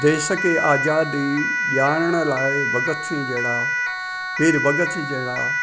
देश खे आज़ादी ॾियारण लाइ भगत सिंह जहिड़ा वीर भगत सिंह जहिड़ा